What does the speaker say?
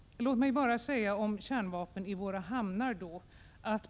Låt mig säga följande om kärnvapen i våra hamnar.